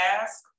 ask